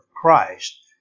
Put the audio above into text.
Christ